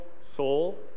Soul